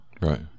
Right